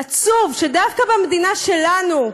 עצוב שדווקא במדינה שלנו,